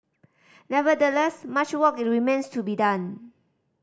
nevertheless much work remains to be done